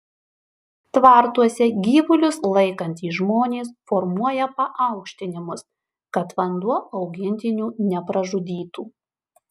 tvartuose gyvulius laikantys žmonės formuoja paaukštinimus kad vanduo augintinių nepražudytų